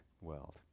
world